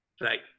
Right